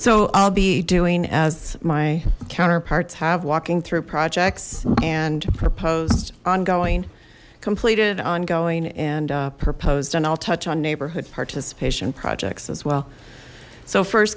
so i'll be doing as my counterparts have walking through projects and proposed ongoing completed ongoing and proposed and i'll touch on neighborhood participation projects as well so first